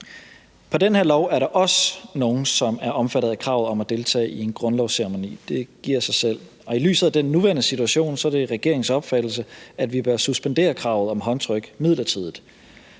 På det her lovforslag er der også nogle, der er omfattet af kravet om at deltage i en grundlovsceremoni. Det giver sig selv. I lyset af den nuværende situation er det regeringens opfattelse, at vi bør suspendere kravet om håndtryk midlertidigt.